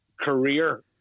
career